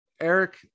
Eric